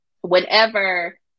whenever